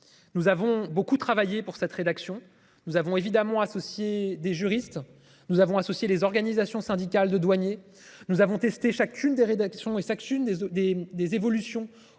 Nous avons beaucoup travaillé pour cette rédaction. Nous avons évidemment. Des juristes. Nous avons associé les organisations syndicales de douaniers, nous avons testé chacune des rédactions et une des des des évolutions